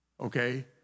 Okay